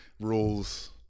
rules